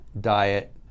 diet